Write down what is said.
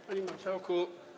Panie Marszałku!